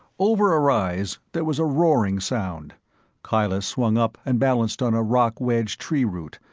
over a rise, there was a roaring sound kyla swung up and balanced on a rock-wedged tree root,